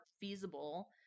feasible